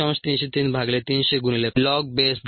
303300 log10 5